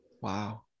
Wow